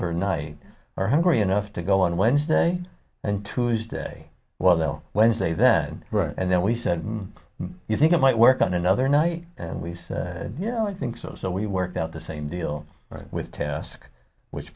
r night are hungry enough to go on wednesday and tuesday well wednesday then right and then we said you think it might work on another night and we said no i think so so we worked out the same deal with task which